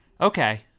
Okay